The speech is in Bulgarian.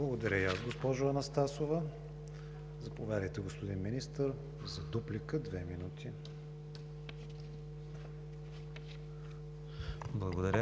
Благодаря и аз, госпожо Анастасова. Заповядайте, господин Министър, за дуплика – две минути. МИНИСТЪР